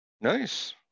Nice